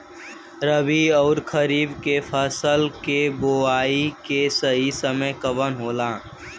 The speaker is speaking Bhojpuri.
रबी अउर खरीफ के फसल के बोआई के सही समय कवन होला?